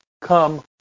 Come